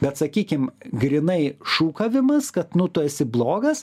bet sakykim grynai šūkavimas kad nu tu esi blogas